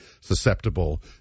susceptible